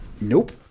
Nope